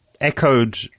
Echoed